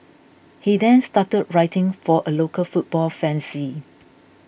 he then started writing for a local football fanzine